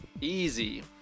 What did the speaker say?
easy